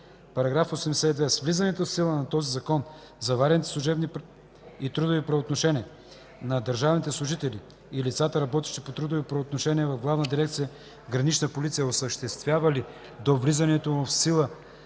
§ 82. С влизането в сила на този закон заварените служебни и трудови правоотношения на държавните служители и лицата, работещи по трудово правоотношение в Главна дирекция „Гранична полиция”, осъществявали до влизането му в сила